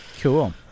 Cool